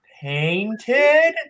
painted